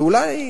ואולי,